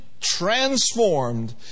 transformed